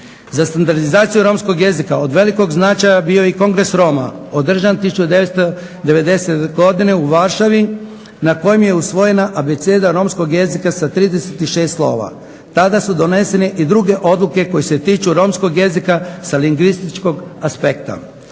Za standardizaciju romskog jezika od velikog značaja bio je i kongres Roma održan 1990. godine u Varšavi na kojem je usvojena abeceda romskog jezika sa 36 slova. Tada su donesene i druge odluke koje se tiču romskog jezika sa lingvističkog aspekta.